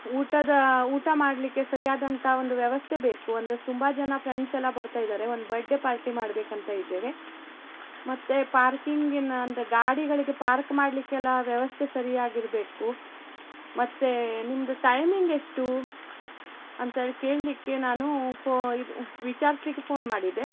ಊಟದ ಊಟ ಮಾಡ್ಲಿಕ್ಕೆ ಸರಿಯಾದಂಥ ಒಂದು ವ್ಯವಸ್ಥೆ ಬೇಕು ಅಂದರೆ ತುಂಬ ಜನ ಫ್ರೆಂಡ್ಸೆಲ್ಲ ಬರ್ತಾಯಿದ್ದಾರೆ ಒಂದು ಬರ್ಡೇ ಪಾರ್ಟಿ ಮಾಡ್ಬೇಕಂತ ಇದ್ದೇವೆ ಮತ್ತೆ ಪಾರ್ಕಿಂಗಿನ ಅಂದರೆ ಗಾಡಿಗಳಿಗೆ ಪಾರ್ಕ್ ಮಾಡಲಿಕ್ಕೆಲ್ಲ ವ್ಯವಸ್ಥೆ ಸರಿಯಾಗಿರಬೇಕು ಮತ್ತೆ ನಿಮ್ದು ಟೈಮಿಂಗ್ ಎಷ್ಟು ಅಂಥೇಳಿ ಕೇಳಲಿಕ್ಕೆ ನಾನು ಫೋ ಇದು ವಿಚಾರ್ಸ್ಲಿಕ್ಕೆ ಫೋನ್ ಮಾಡಿದೆ